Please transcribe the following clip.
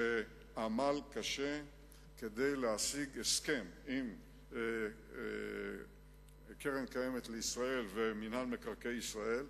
שעמל קשה כדי להשיג הסכם עם קרן קיימת לישראל ומינהל מקרקעי ישראל,